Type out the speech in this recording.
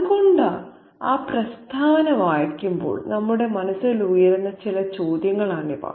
അതുകൊണ്ട് ആ പ്രസ്താവന വായിക്കുമ്പോൾ നമ്മുടെ മനസ്സിൽ ഉയരുന്ന ചില ചോദ്യങ്ങളാണിവ